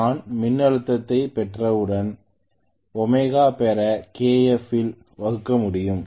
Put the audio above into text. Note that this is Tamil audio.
நான் மின்னழுத்தத்தைப் பெற்றவுடன் ɷ பெற kf ஆல் வகுக்க முடியும்